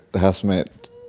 housemate